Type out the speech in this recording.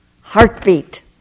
Heartbeat